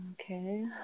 Okay